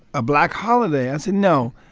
a black holiday, i said, no,